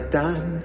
done